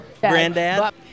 granddad